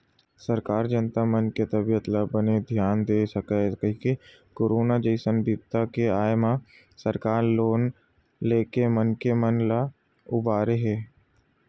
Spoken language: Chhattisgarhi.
सरकार जनता मन के तबीयत ल बने धियान दे सकय कहिके करोनो जइसन बिपदा के आय म सरकार लोन लेके मनखे मन ल उबारे हे